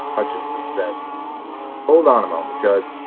hutcheson said hold on a moment, judge.